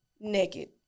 naked